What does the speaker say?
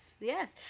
yes